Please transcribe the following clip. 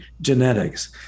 genetics